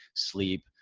sleep,